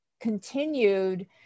continued